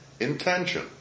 Intention